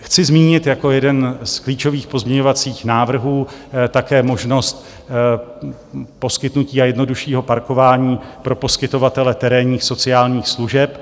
Chci zmínit jako jeden z klíčových pozměňovacích návrhů také možnost poskytnutí a jednoduššího parkování pro poskytovatele terénních sociálních služeb.